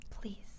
Please